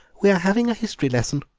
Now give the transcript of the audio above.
we are having a history lesson,